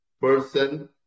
person